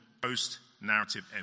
post-narrative